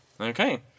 Okay